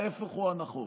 ההפך הוא הנכון.